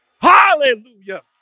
hallelujah